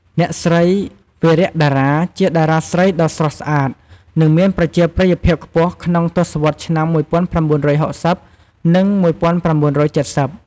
អ្នកស្រី វិរៈ ដារ៉ាជាតារាស្រីដ៏ស្រស់ស្អាត និងមានប្រជាប្រិយភាពខ្ពស់ក្នុងទសវត្សរ៍ឆ្នាំ ១៩៦០ និង ១៩៧០។